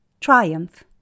Triumph